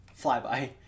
flyby